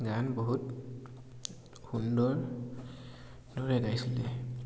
গান বহুত সুন্দৰ দৰে গাইছিলে